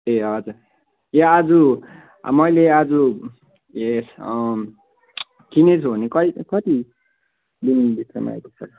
ए हजुर ए आज मैले आज ए किनेछु भने कै कति दिनभित्रमा आइपुग्छ